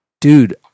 dude